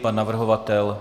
Pan navrhovatel?